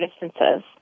distances